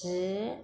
जि